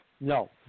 no